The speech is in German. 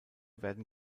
werden